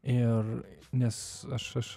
ir nes aš